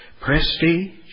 prestige